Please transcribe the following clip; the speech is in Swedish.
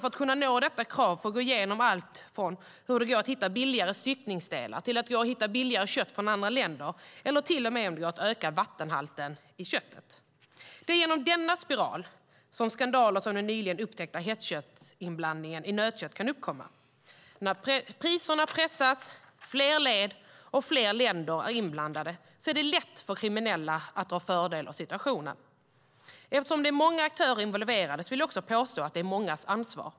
För att kunna nå detta krav får de sedan gå igenom allt från om det går att hitta billigare styckningsdelar till om det går att hitta billigare kött från andra länder eller om det till och med går att öka vattenhalten i köttet. Det är genom denna spiral som skandaler som den nyligen upptäckta hästköttsinblandningen i nötkött kan uppkomma. När priserna pressas och fler led och fler länder är inblandade är det lätt för kriminella att dra fördel av situationen. Eftersom det är många aktörer involverade vill jag också påstå att det är mångas ansvar.